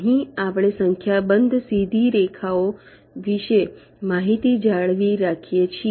અહીં આપણે સંખ્યાબંધ સીધી રેખાઓ વિશે માહિતી જાળવી રાખીએ છીએ